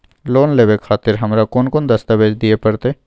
Loan लेवे खातिर हमरा कोन कौन दस्तावेज दिय परतै?